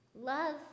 Love